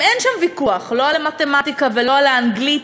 אם אין שם ויכוח לא על המתמטיקה ולא על האנגלית,